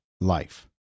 life